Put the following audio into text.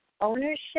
ownership